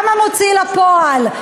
גם המוציא לפועל.